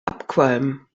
abqualmen